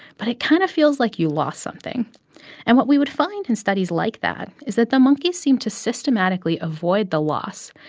but it kind of feels like you lost something and what we would find in studies like that is that the monkeys seem to systematically avoid the loss.